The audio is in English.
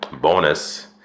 bonus